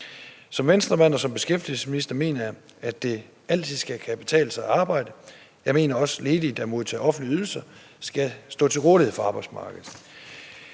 Som Venstremand og som beskæftigelsesminister mener jeg, at det altid skal kunne betale sig at arbejde. Jeg mener også, at ledige, der modtager offentlige ydelser, skal stå til rådighed for arbejdsmarkedet.